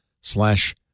slash